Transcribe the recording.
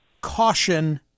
caution